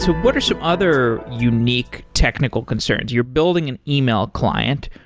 what are some other unique technical concerns? you're building an an e-mail client,